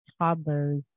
toddlers